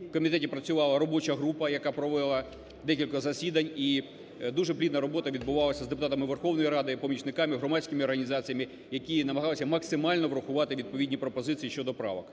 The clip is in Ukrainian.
в комітеті працювала робоча група, яка провела декілька засідань. І дуже плідна робота відбувалася з депутатами Верховної Ради, помічниками, громадськими організаціями, які намагалися максимально врахувати відповідні пропозиції щодо правок.